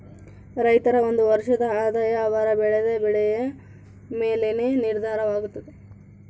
ರೈತರ ಒಂದು ವರ್ಷದ ಆದಾಯ ಅವರು ಬೆಳೆದ ಬೆಳೆಯ ಮೇಲೆನೇ ನಿರ್ಧಾರವಾಗುತ್ತದೆ